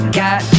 got